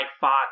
Fox